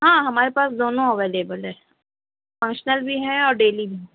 ہاں ہمارے پاس دونوں اویلیبل ہے فنکشنل بھی ہے اور ڈیلی بھی